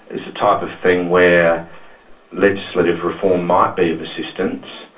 it's the type of thing where legislative reform might be of assistance,